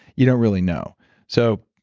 you don't really know so,